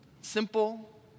Simple